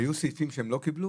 היו סעיפים שהם לא קיבלו